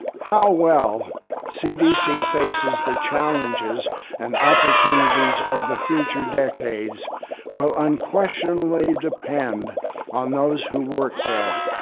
how well cdc faces the challenges and opportunities of the future decades will unquestionably depend on those who worked there.